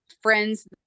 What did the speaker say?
friends